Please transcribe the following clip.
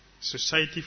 society